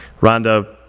Rhonda